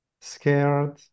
scared